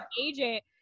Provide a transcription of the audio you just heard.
agent